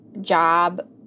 job